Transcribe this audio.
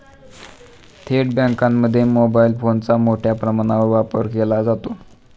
थेट बँकांमध्ये मोबाईल फोनचा मोठ्या प्रमाणावर वापर केला जातो